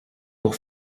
pour